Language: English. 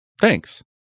thanks